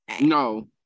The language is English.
No